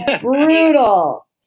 Brutal